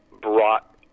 brought